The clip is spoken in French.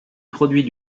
produit